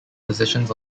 positions